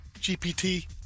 GPT